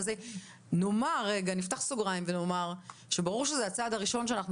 נפתח סוגריים ונאמר שברור שזה הצעד הראשון שאנחנו